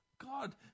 God